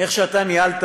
איך שאתה ניהלת